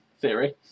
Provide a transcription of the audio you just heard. Theory